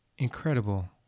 Incredible